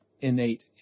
innate